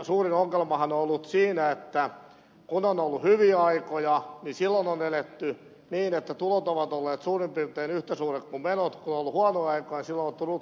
suurin ongelmahan on ollut siinä että kun on ollut hyviä aikoja niin silloin on eletty niin että tulot ovat olleet suurin piirtein yhtä suuret kuin menot ja kun on ollut huonoja aikoja silloin on otettu rutkasti lainaa